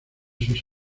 sus